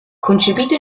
concepito